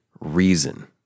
reason